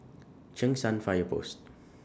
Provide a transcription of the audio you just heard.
Cheng San Fire Post